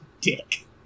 dick